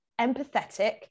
empathetic